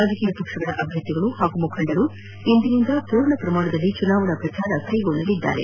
ರಾಜಕೀಯ ಪಕ್ಷಗಳ ಅಭ್ಯರ್ಥಿಗಳು ಹಾಗೂ ಮುಖಂಡರು ಇಂದಿನಿಂದ ಪೂರ್ಣ ಪ್ರಮಾಣದಲ್ಲಿ ಚುನಾವಣಾ ಪ್ರಚಾರ ಕೈಗೊಳ್ಳಲಿದ್ದಾರೆ